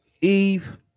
eve